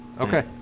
Okay